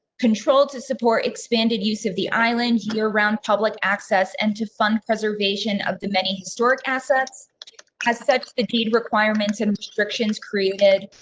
control to support expanded use of the island year round public access and to fund preservation of the many historic assets has such the deed requirements and restrictions created.